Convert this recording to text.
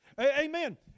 Amen